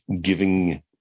giving